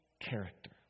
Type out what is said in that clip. character